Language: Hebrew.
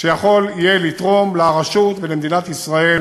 שיוכל לתרום לרשות ולמדינת ישראל